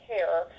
Care